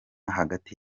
hagati